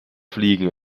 fliegen